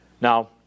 Now